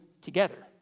together